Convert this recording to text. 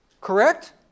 Correct